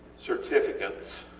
certificants